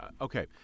okay